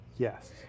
Yes